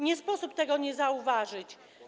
Nie sposób tego nie zauważyć.